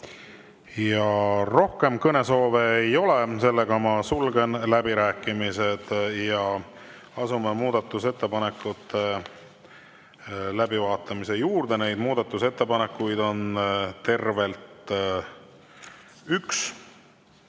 Rohkem kõnesoove ei ole, seega ma sulgen läbirääkimised ja asume muudatusettepanekute läbivaatamise juurde. Neid muudatusettepanekuid on tervelt üks